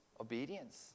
Obedience